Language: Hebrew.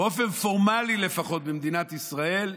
באופן פורמלי לפחות במדינת ישראל,